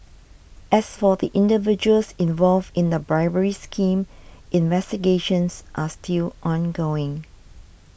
as for the individuals involved in the bribery scheme investigations are still ongoing